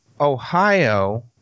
Ohio